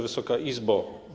Wysoka Izbo!